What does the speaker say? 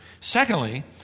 Secondly